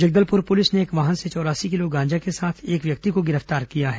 Jagdalpur police ने एक वाहन से चौरासी किलो गांजा के साथ एक व्यक्ति को गिरफ्तार किया है